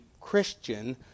Christian